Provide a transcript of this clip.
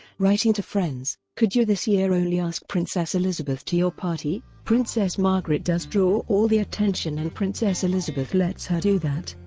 writing to friends could you this year only ask princess elizabeth to your party. princess margaret does draw all the attention and princess elizabeth lets her do that.